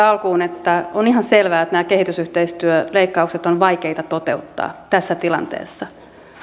alkuun että on ihan selvää että nämä kehitysyhteistyöleikkaukset ovat vaikeita toteuttaa tässä tilanteessa